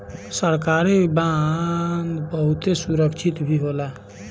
सरकारी बांड बहुते सुरक्षित भी होला